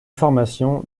formation